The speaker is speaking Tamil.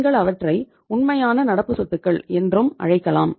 நீங்கள் அவற்றை உண்மையான நடப்பு சொத்துகள் என்றும் அழைக்கலாம்